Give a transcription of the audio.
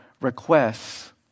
requests